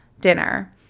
dinner